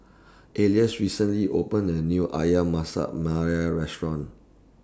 Alys recently opened A New Ayam Masak Merah Restaurant